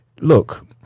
Look